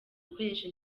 gukoresha